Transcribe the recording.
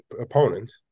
opponent